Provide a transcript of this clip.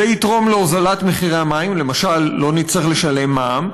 זה יתרום להוזלת המים, למשל לא נצטרך לשלם מע"מ,